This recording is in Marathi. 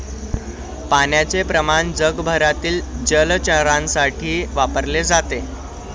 पाण्याचे प्रमाण जगभरातील जलचरांसाठी वापरले जाते